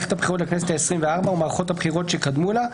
למערכת הבחירות לכנסת העשרים וארבע ומערכות הבחירות שקדמו לה,